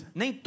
nem